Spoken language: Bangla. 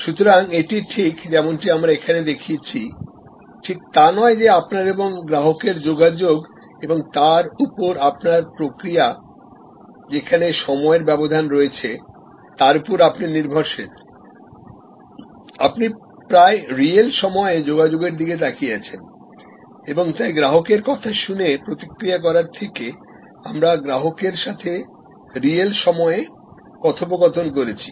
সুতরাং এটি ঠিক যেমনটি আমরা এখানে দেখিয়েছি ঠিক তা নয় যে আপনার এবং গ্রাহকের যোগাযোগ এবং তার তার উপর আপনার প্রক্রিয়া যেখানে সময়ের ব্যবধান রয়েছেতার উপর আপনি নির্ভরশীল আপনি প্রায় রিয়েল সময়ে যোগাযোগের দিকে তাকিয়ে রয়েছেন এবং তাই গ্রাহকের কথা শুনে প্রতিক্রিয়া করার থেকে আমরা গ্রাহকের সাথে রিয়েল সময়ে কথোপকথন করছি